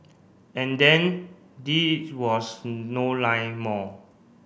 and then this was no line more